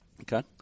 Okay